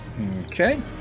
Okay